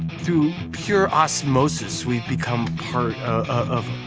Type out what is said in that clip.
through pure osmosis we've become part of